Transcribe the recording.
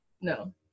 No